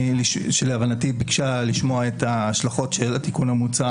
שלהבנתי ביקשה לשמוע את ההשלכות של התיקון המוצע